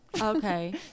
okay